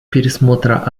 пересмотра